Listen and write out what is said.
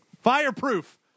Fireproof